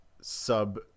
sub